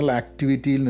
activity